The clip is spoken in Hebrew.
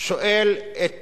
שואל את